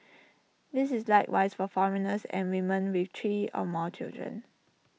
this is likewise for foreigners and women with three or more children